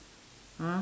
!huh!